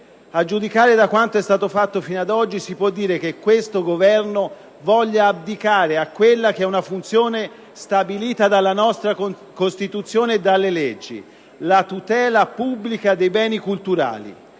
A giudicare da quanto è stato fatto fino ad oggi, si può dire che questo Governo voglia abdicare a quella che è una funzione stabilita dalla nostra Costituzione e dalle leggi, vale a dire la tutela pubblica dei beni culturali.